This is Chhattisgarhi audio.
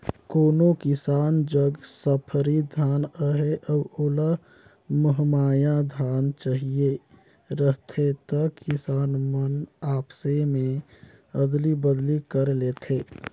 कोनो किसान जग सफरी धान अहे अउ ओला महमाया धान चहिए रहथे त किसान मन आपसे में अदली बदली कर लेथे